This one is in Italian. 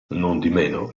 nondimeno